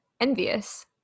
envious